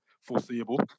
foreseeable